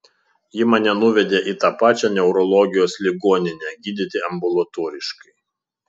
ji mane nuvedė į tą pačią neurologijos ligoninę gydyti ambulatoriškai